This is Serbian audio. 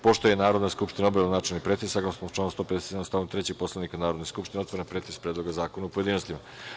Pošto je Narodna skupština obavila načelni pretres, saglasno članu 157. stav 3. Poslovnika Narodne skupštine, otvaram pretres Predloga zakona u pojedinostima.